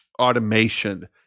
Automation